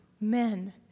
men